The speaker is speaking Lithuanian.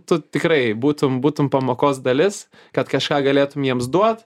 tu tikrai būtum būtum pamokos dalis kad kažką galėtum jiems duot